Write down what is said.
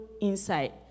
inside